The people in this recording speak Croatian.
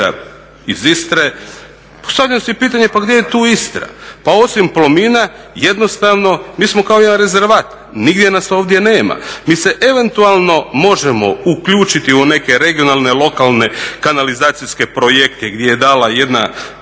iz Istre. Postavljam si pitanje pa gdje je tu Istra. Pa osim Plomina jednostavno mi smo kao jedan rezervat, nigdje nas ovdje nema. Mi se eventualno možemo uključiti u neke regionalne lokalne kanalizacijske projekte gdje je dat jedan